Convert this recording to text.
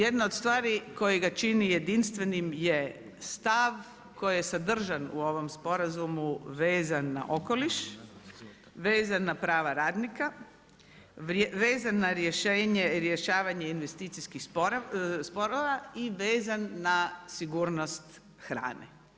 Jedna od stvari kojega čini jedinstvenim je stav koji je sadržan u ovom sporazumu, vezan na okoliš, vezan na prava radnika, vezan na rješavanje investicijskih sporova, i vezan na sigurnost hrane.